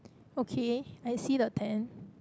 okay I see the tent